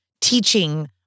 teaching